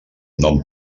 nom